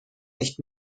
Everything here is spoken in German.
nicht